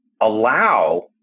allow